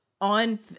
on